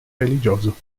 religioso